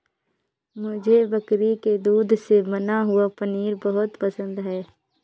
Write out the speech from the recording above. मुझे बकरी के दूध से बना हुआ पनीर बहुत पसंद है